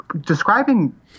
describing